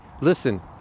listen